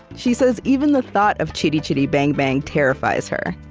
she says even the thought of chitty chitty bang bang terrifies her.